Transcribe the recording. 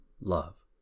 love